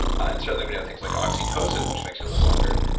and certainly we know things like oxytocin which makes you live longer,